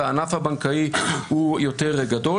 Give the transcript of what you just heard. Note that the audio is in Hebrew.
והענף הבנקאי יותר גדול.